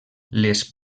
les